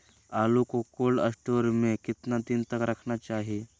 आलू को cold store में कितना दिन तक रखना चाहिए?